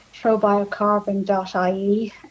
probiocarbon.ie